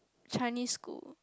Chinese school